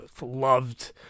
loved